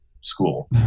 school